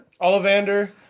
Ollivander